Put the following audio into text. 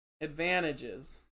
advantages